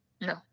No